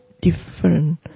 different